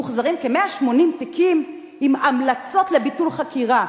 מוחזרים כ-180 תיקים עם המלצות לביטול חקירה.